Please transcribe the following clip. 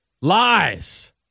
Lies